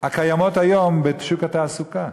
הקיימות היום בשוק התעסוקה.